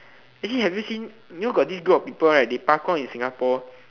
actually have you seen you know got this group of people right they parkour in Singapore